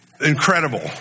incredible